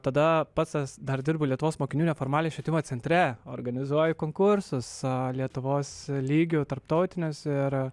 o tada pats aš dar dirbu lietuvos mokinių neformaliojo švietimo centre organizuoju konkursus lietuvos lygio tarptautinius ir